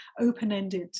open-ended